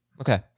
Okay